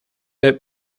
out